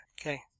Okay